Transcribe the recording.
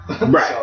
Right